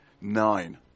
Nine